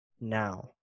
now